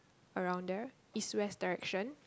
around there East West direction